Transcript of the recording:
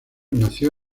nació